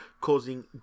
causing